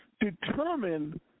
determine